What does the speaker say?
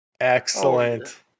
Excellent